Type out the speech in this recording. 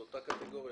זו אותה קטגוריה.